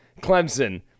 Clemson